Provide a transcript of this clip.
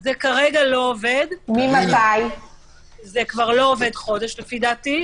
זה כבר לא עובד, חודש, לדעתי.